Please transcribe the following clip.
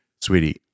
sweetie